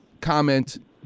comment